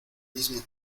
mismo